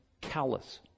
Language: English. callous